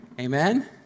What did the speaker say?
Amen